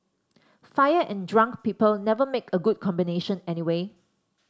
fire and drunk people never make a good combination anyway